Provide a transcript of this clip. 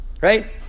Right